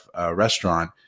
restaurant